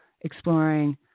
exploring